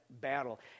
battle